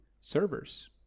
servers